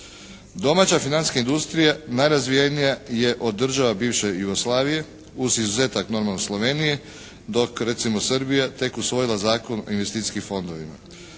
Domaća financijska industrija najrazvijenija je od država bivše Jugoslavije, uz izuzetak normalno Slovenije, dok Srbija je tek usvojila Zakon o investicijskim fondovima.